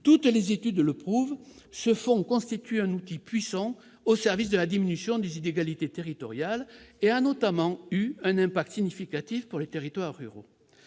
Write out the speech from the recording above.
Toutes les études le prouvent, ce fonds constitue un outil puissant au service de la diminution des inégalités territoriales, et a notamment joué un rôle significatif pour les territoires ruraux.